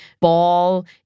ball